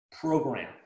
program